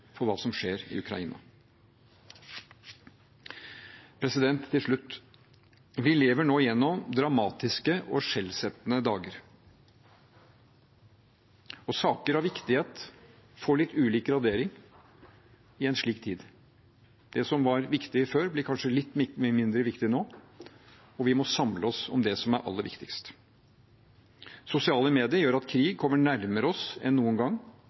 for hva som skjer i Ukraina. Til slutt: Vi lever nå igjennom dramatiske og skjellsettende dager. Saker av viktighet får litt ulik gradering i en slik tid. Det som var viktig før, blir kanskje litt mindre viktig nå, og vi må samle oss om det som er aller viktigst. Sosiale medier gjør at krig kommer nærmere oss enn noen gang.